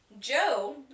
Joe